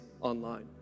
online